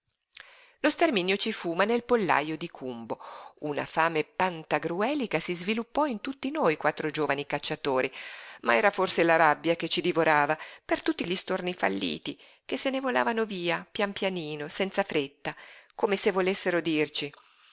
lo sterminio ci fu ma nel pollajo di cumbo una fame pantagruelica si sviluppò in tutti noi quattro giovani cacciatori ma era forse la rabbia che ci divorava per tutti gli storni falliti che se ne volavano via pian pianino senza fretta come se volessero dirci